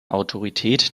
autorität